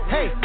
Hey